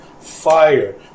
Fire